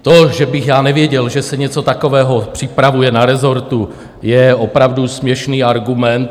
To, že bych nevěděl, že se něco takového připravuje na rezortu, je opravdu směšný argument.